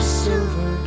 silver